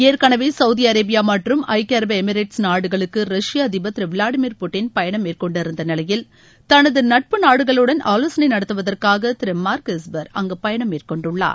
ஏற்கனவே Saudi Arabia மற்றும் ஐக்கிய அரபு எமிரேட்ஸ் நாடுகளுக்கு ரஷ்ய அதிபர் திரு விளாடிமிர் பட்டின் பயணம் மேற்கொண்டிருந்த நிலையில் தனது நட்பு நாடுகளுடன் ஆலோசனை நடத்துவதற்காக திரு மார்க் எஸ்பர் அங்கு பயணம் மேற்கொண்டுள்ளார்